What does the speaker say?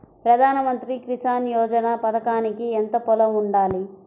ప్రధాన మంత్రి కిసాన్ యోజన పథకానికి ఎంత పొలం ఉండాలి?